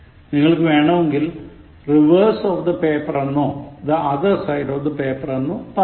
നിങ്ങൾക്ക് വേണമെങ്കിൽ reverse of the paper എന്നോ the other side of the paper എന്നോ പറയാം